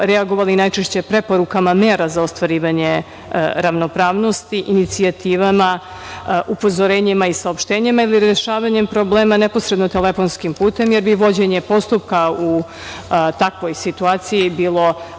reagovali najčešće preporukama mera za ostvarivanje ravnopravnosti inicijativama, upozorenjima, saopštenjima ili rešavanjem problema neposredno telefonskim putem, jer bi vođenje postupka u takvoj situaciji bilo